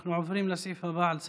אנחנו עוברים לסעיף הבא על סדר-היום,